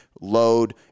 load